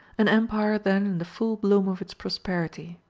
an empire then in the full bloom of its prosperity.